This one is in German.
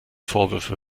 vorwürfe